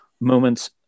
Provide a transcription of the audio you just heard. moments